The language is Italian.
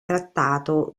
trattato